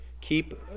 Keep